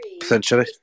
essentially